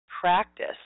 practice